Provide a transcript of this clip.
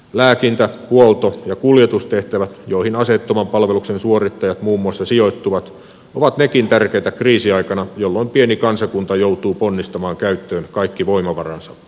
lääkintä huolto ja kuljetustehtävät joihin aseettoman palveluksen suorittajat muun muassa sijoittuvat ovat nekin tärkeitä kriisiaikana jolloin pieni kansakunta joutuu ponnistamaan käyttöön kaikki voimavaransa